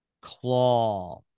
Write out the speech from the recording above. claw